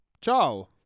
Ciao